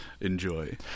enjoy